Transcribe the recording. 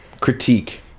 critique